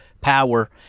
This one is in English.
power